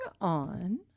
on